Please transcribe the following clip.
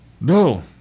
No